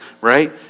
right